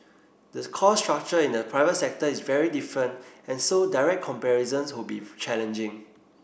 the cost structure in the private sector is very different and so direct comparisons would be challenging